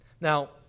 Now